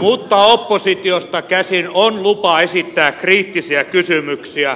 mutta oppositiosta käsin on lupa esittää kriittisiä kysymyksiä